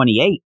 28